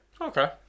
Okay